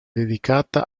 dedicata